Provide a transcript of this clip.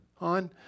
on